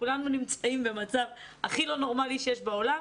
כולנו נמצאים במצב הכי לא נורמלי שיש בעולם,